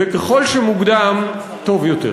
וככל שמוקדם טוב יותר.